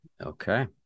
okay